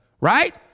right